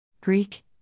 Greek